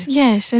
yes